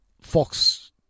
Fox